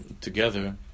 together